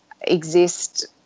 exist